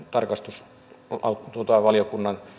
tarkastusvaliokunnan